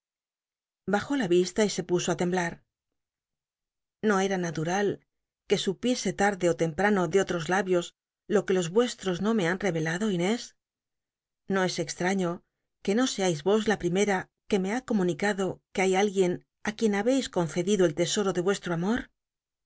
bujó la visl y se puso i temblar no cm na lul'al jucsupiese tardeó temj mmo de ollos labios lo que los vuestros no me han reyelado lnés no es exhaiío que no seais os la primera que me ba comunicado que hay alguien á quién ha beis concedido el tesoro de yucsllo amor